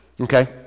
okay